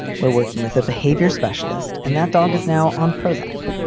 we're working with a behavior specialist and that dog is now on prozac.